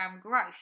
growth